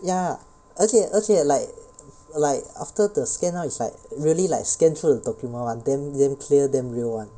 ya 而且而且 like like after the scan right is like really like scan through the document [one] damn clear damn real [one]